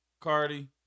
Cardi